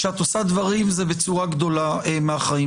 כשאת עושה דברים זה בצורה גדולה מהחיים,